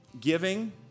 Giving